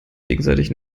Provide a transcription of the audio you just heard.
gegenseitig